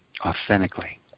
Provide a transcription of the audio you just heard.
authentically